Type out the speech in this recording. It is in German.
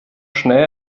schnell